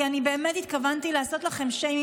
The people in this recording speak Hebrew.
כי באמת התכוונתי לעשות לכם שיימינג.